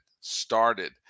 started